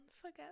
forget